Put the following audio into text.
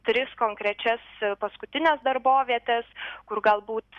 tris konkrečias paskutinės darbovietės kur galbūt